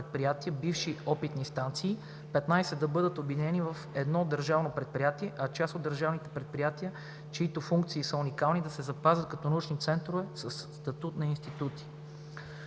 бивши опитни станции, 15 да бъдат обединени в едно държавно предприятие, а част от държавните предприятия, чиито функции са уникални, да се запазят като научни центрове със статут на институти.